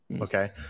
okay